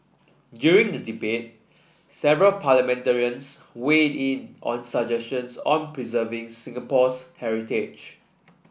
during the debate several parliamentarians weighed in on suggestions on preserving Singapore's heritage